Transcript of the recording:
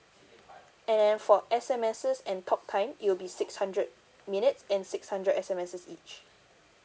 and then for S_M_Ss and talk time it will be six hundred minutes and six hundred S_M_Ss each